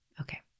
Okay